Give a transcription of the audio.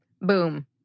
boom